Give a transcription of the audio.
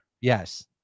Yes